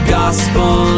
gospel